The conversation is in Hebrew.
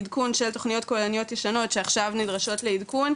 עדכון של תוכניות כוללניות ישנות שעכשיו נדרשות לעדכון,